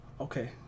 okay